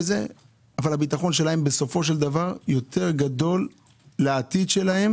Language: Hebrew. אבל הביטחון שלהם בסופו של דבר גדול יותר לעתיד שלהם